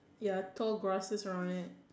ya tall grasses around it